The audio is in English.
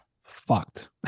fucked